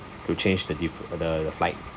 to change the diffe~ the the flight